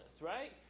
right